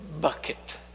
bucket